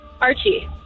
archie